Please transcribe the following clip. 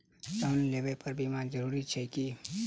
Loan लेबऽ पर बीमा जरूरी छैक की?